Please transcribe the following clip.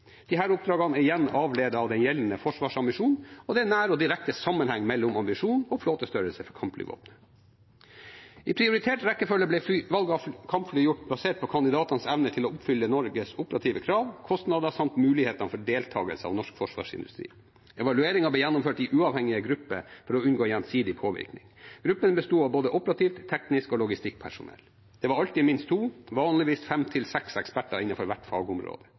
oppdragene er igjen avledet av den gjeldende forsvarsambisjonen, og det er nær og direkte sammenheng mellom ambisjonen og flåtestørrelse for kampflyvåpenet. I prioritert rekkefølge ble valg av kampfly gjort basert på kandidatenes evne til å oppfylle Norges operative krav, kostnader samt mulighetene for deltakelse av norsk forsvarsindustri. Evalueringen ble gjennomført i uavhengige grupper for å unngå gjensidig påvirkning. Gruppen besto av både operativt og teknisk personell og logistikkpersonell. Det var alltid minst to, men vanligvis fem til seks eksperter innenfor hvert fagområde.